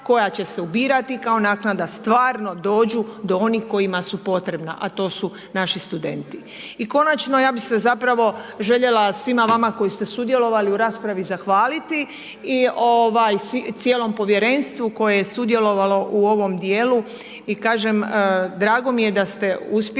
koja će se ubirati kao naknada stvarno dođu do onih kojima su potrebna, a to su naši studenti. I konačno, ja bi se zapravo željela svima vama koji ste sudjelovali u raspravi zahvaliti i ovaj cijelom povjerenstvu koje je sudjelovalo u ovom dijelu i kažem drago mi je da ste uspjeli